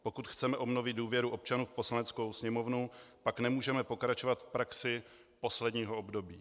Pokud chceme obnovit důvěru občanů v Poslaneckou sněmovnu, pak nemůžeme pokračovat v praxi posledního období.